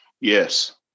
Yes